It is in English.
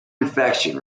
inflection